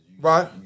Right